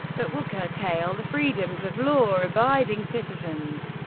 but will curtail the freedoms of law abiding citizens.